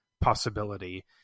possibility